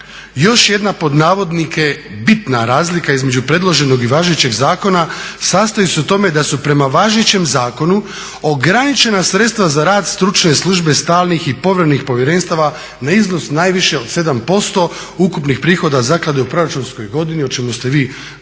Još jedna pod navodnike "bitna" razlika između predloženog i važećeg zakona sastoji se u tome da su prema važećem zakonu ograničena sredstva za rad stručne službe stalnih i povremenih povjerenstava na iznos najviše od 7% ukupnih prihoda zaklade u proračunskoj godini o čemu ste vi govorili